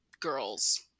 girls